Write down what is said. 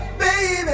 baby